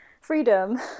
freedom